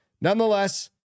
nonetheless